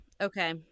okay